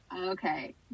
Okay